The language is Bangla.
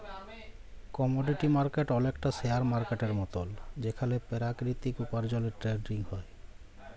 কমডিটি মার্কেট অলেকটা শেয়ার মার্কেটের মতল যেখালে পেরাকিতিক উপার্জলের টেরেডিং হ্যয়